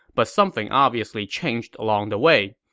but something obviously changed along the way.